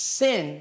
sin